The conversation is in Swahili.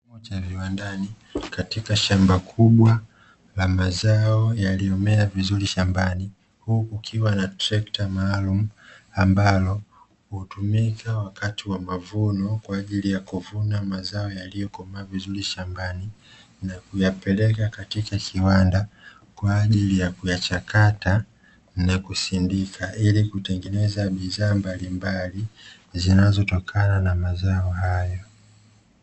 Kilimo cha viwanda katika shamba kubwa la mazao yaliyomea vizuri shambani, huku kukiwa na trekta maalumu ambalo hutumika wakati wa mavuno kwa ajili kuvuna mazao yaliyokomaa vizuri shambani, na kuyapeleka katika kiwanda kwa ajili ya kuyachakata na kusindika, ili kutengeneza bidhaa mbalimbali zinazotokana na mazao hayo.